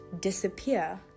disappear